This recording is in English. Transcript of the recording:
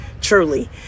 truly